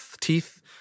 teeth